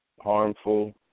harmful